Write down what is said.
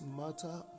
matter